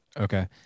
Okay